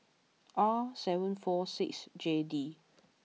R seven four six J D